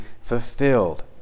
fulfilled